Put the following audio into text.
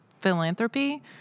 philanthropy